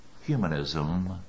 humanism